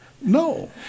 No